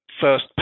first